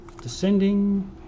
Descending